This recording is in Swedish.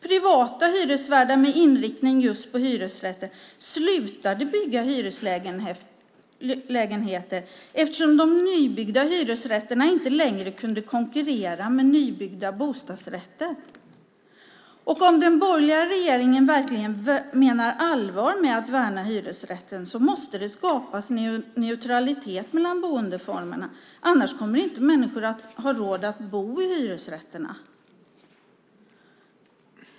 Privata hyresvärdar med inriktning just på hyresrätter slutade bygga hyreslägenheter eftersom de nybyggda hyresrätterna inte längre kunde konkurrera med nybyggda bostadsrätter. Om den borgerliga regeringen verkligen menar allvar med att värna hyresrätten måste det skapas neutralitet mellan boendeformerna, annars kommer människor inte att ha råd att bo i hyresrätterna.